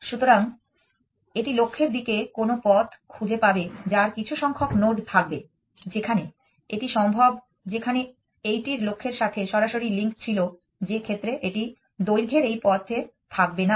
সুতরাং এটি লক্ষ্যের দিকে কোনো পথ খুঁজে পাবে যার কিছু সংখ্যক নোড থাকবে যেখানে এটি সম্ভব যেখানে এইটির লক্ষ্যের সাথে সরাসরি লিঙ্ক ছিল যে ক্ষেত্রে এটি দৈর্ঘ্যের এই পথে থাকবে না